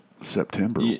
September